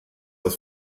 das